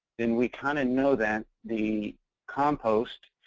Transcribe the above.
then we kind of know that the compost,